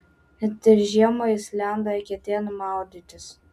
net ir žiemą jis lenda eketėn maudytis